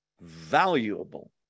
valuable